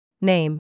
Name